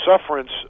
sufferance